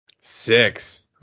Six